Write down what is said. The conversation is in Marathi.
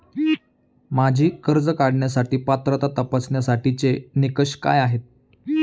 माझी कर्ज काढण्यासाठी पात्रता तपासण्यासाठीचे निकष काय आहेत?